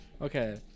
Okay